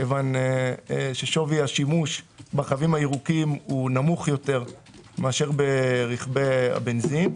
כיוון ששווי השימוש ברכבים הירוקים הוא נמוך יותר מאשר ברכבי הבנזין.